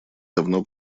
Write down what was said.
давно